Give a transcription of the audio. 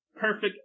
perfect